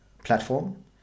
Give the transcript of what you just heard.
Platform